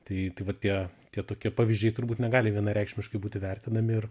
tai tai va tie tie tokie pavyzdžiai turbūt negali vienareikšmiškai būti vertinami ir